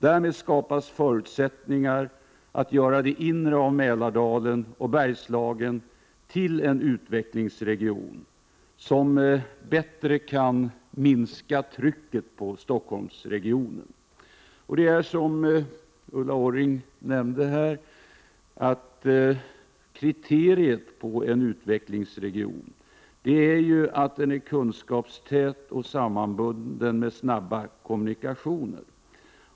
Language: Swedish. Därmed skapas förutsättningar att göra det inre av Mälardalen och Bergslagen till en utvecklingsregion, som bättre kan minska trycket på Stockholmsregionen. Som Ulla Orring sade är kriteriet på en utvecklingsregion att den är kunskapstät och sammanbunden med snabba och täta kommunikationer.